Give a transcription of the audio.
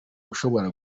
ushobora